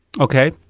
okay